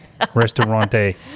Restaurante